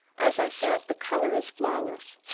as i said, the color is flawless.